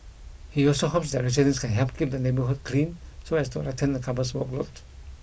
he also hopes that residents can help keep the neighbourhood clean so as to lighten the couple's workload